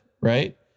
right